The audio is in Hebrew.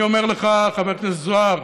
אני אומר לך, חבר הכנסת זוהר,